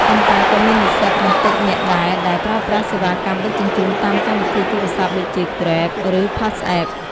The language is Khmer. ប៉ុន្តែក៏មាននិស្សិតមិនតិចនាក់ដែរដែលប្រើប្រាស់សេវាកម្មដឹកជញ្ជូនតាមកម្មវិធីទូរស័ព្ទដូចជា គ្រេប (Grab) ឬ ផាសអេប (Passapp)។